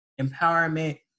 empowerment